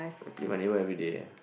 with my neighbour everyday